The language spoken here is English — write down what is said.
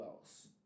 else